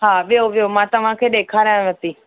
हा विहो विहो मां तव्हांखे ॾेखारियांव थी